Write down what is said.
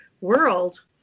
world